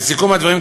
לסיכום הדברים,